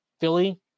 Philly